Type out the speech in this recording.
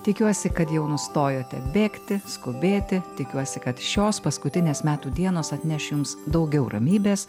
tikiuosi kad jau nustojote bėgti skubėti tikiuosi kad šios paskutinės metų dienos atneš jums daugiau ramybės